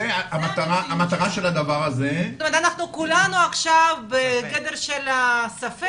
זה המטרה של הדבר הזה --- זאת אומרת אנחנו כולנו עכשיו בגדר של ספק,